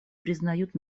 признают